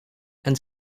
and